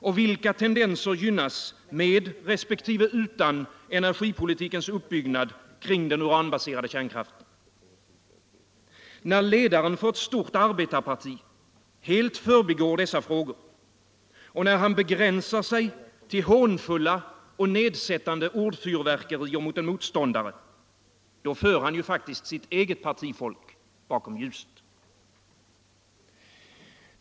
Och vilka tendenser gynnas med resp. utan energipolitikens uppbyggnad kring den uranbaserade kärnkraften? När ledaren för ett stort arbetarparti helt förbigår dessa frågor, när han begränsar sig till hånfulla och nedsättande ordfyrverkerier mot en motståndare — då för han faktiskt sitt eget partifolk bakom ljuset.